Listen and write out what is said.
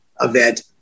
event